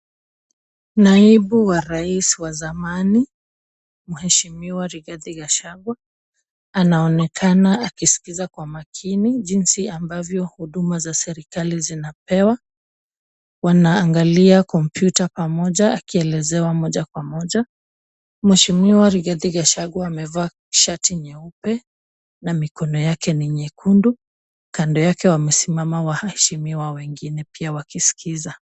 Naibu wa rais wa zamani, mheshimiwa Rigathi Gachagua. Anaonekana akisikiza kwa makini, jinsi ambavyo huduma za serikali zinapewa. Wanaangalia kompyuta pamoja akielezewa moja kwa moja. Mheshimiwa Rigathi Gachaga amevaa shati nyeupe, na mikono yake ni nyekundu. Kando yake wamesimama waheshimiwa wengine, pia wakisikiza.